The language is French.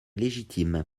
légitime